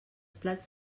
plats